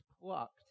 plucked